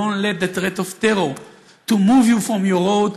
Don't let the threat of terror move you from your road.